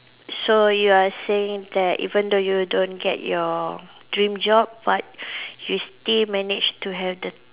so you are saying that even though you don't get your dream job but you still manage to have the